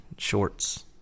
shorts